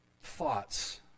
thoughts